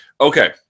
Okay